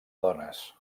dones